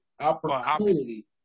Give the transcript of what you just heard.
Opportunity